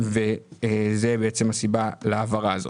וזו בעצם הסיבה להעברה הזאת.